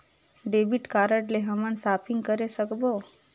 Debit card ले हमन shopping करे सकबो?